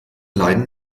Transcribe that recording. leiden